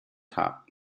top